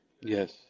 Yes